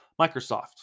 Microsoft